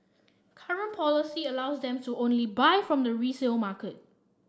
current policy allows them to only buy from the resale